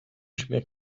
śmiech